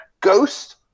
Ghost